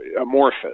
amorphous